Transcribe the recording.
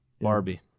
Barbie